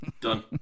Done